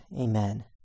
Amen